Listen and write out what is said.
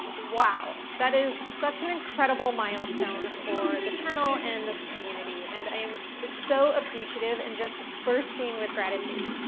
wow, that is such an incredible milestone for the channel and this community. and i am so appreciative and just bursting with gratitude.